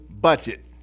budget